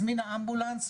הזמינה אמבולנס,